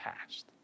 past